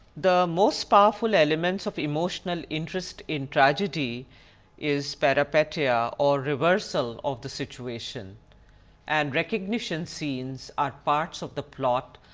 the most powerful elements of emotional interest in tragedy is peripeteia or reversal of the situation and recognition scenes are parts of the plot.